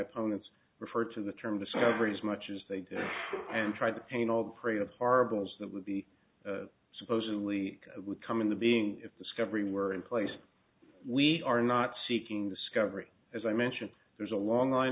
opponents referred to the term discovery as much as they did and tried to paint all the parade of horribles that would be supposedly would come into being if discovery were in place we are not seeking discovery as i mentioned there's a long line